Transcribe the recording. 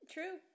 True